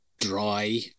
dry